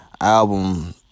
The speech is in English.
album